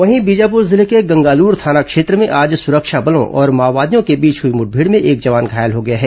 वहीं बीजापुर जिले के गंगालूर थाना क्षेत्र में आज सुरक्षा बलों और माओवादियों के बीच हई मुठभेड़ में एक जवान घायल हो गया है